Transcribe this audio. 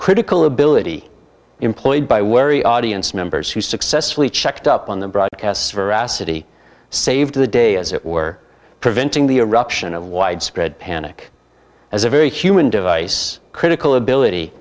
critical ability employed by wary audience members who successfully checked up on the broadcasts veracity saved the day as it were preventing the eruption of widespread panic as a very human device critical ability